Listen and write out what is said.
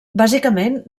bàsicament